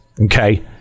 Okay